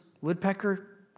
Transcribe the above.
woodpecker